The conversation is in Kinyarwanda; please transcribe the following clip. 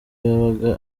yabaga